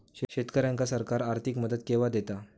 शेतकऱ्यांका सरकार आर्थिक मदत केवा दिता?